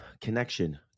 connection